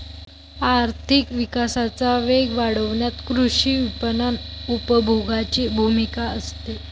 आर्थिक विकासाचा वेग वाढवण्यात कृषी विपणन उपभोगाची भूमिका असते